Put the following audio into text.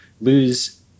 lose